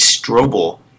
Strobel